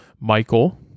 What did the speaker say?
Michael